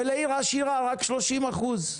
ולעיר עשירה רק 30 אחוז.